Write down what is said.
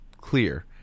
clear